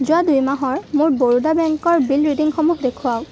যোৱা দুই মাহৰ মোৰ বৰোদা বেংকৰ বিল ৰিডিংসমূহ দেখুৱাওক